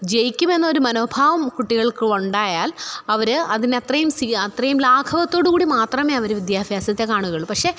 ജയിക്കുമെന്ന ഒരു മനോഭാവം കുട്ടികള്ക്ക് ഉണ്ടായാല് അവർ അതിന് അത്രയും അത്രയും ലാഘവത്തോട് കൂടി മാത്രമേ അവർ വിദ്യാഭ്യാസത്തെ കാണുകയുള്ളു പക്ഷെ